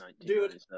Dude